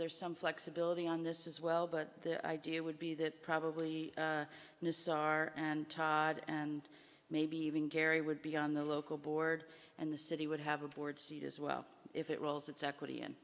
are some flexibility on this as well but the idea would be that probably nisar and todd and maybe even gary would be on the local board and the city would have a board seat as well if it rolls its equity